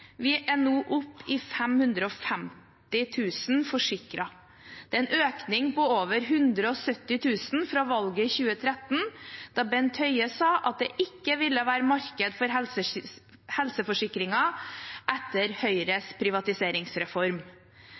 Vi er nå oppe i 550 000 forsikrede. Det er en økning på over 170 000 siden valget i 2013, da Bent Høie sa at det ikke ville være et marked for helseforsikringer etter Høyres privatiseringsreform.